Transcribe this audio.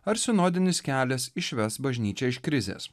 ar sinodinis kelias išves bažnyčią iš krizės